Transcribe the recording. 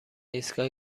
ایستگاه